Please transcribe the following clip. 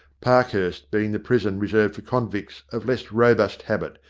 parkhurst being the prison reserved for convicts of less robust habit,